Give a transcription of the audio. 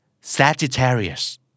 Sagittarius